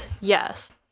Yes